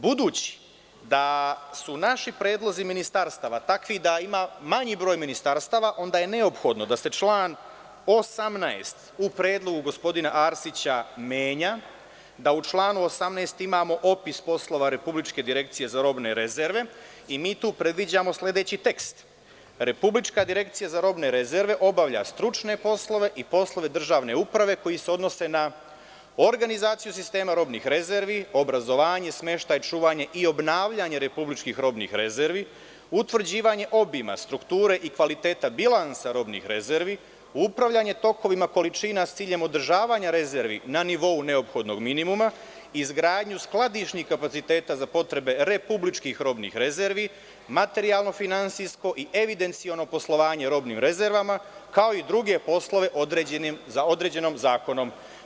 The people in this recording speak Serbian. Budući da su naši predlozi ministarstava takvi da ima manji broj ministarstava onda je neophodno da se član 18. u predlogu gospodina Arsića menja, da u članu 18. imamo opis poslova Republičke direkcije za robne rezerve i tu predviđamo sledeći tekst - Republička direkcija za robne rezerve obavlja stručne poslove i poslove države uprave koji se odnose na organizaciju sistema robnih rezervi, obrazovanje, smeštaj i čuvanje, obnavljanje republičkih robnih rezervi, utvrđivanje obima, strukture i kvaliteta bilansa robnih rezervi, upravljanje tokovima količina sa ciljem održavanja rezervi na nivou neophodnog minimuma, izgradnju skladišnih kapaciteta za potrebe republičkih robnih rezervi, materijalno, finansijsko i evidenciono poslovanje robnim rezervama, kao i druge poslove određene zakonom.